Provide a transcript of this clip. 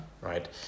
right